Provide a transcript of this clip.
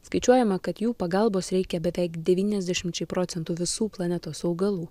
skaičiuojama kad jų pagalbos reikia beveik devyniasdešimčiai procentų visų planetos augalų